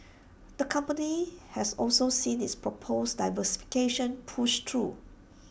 the company has also seen its proposed diversification pushed through